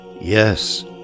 Yes